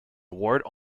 award